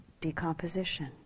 decomposition